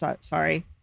sorry